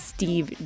Steve